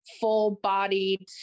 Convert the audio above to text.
full-bodied